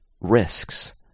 risks